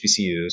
hbcus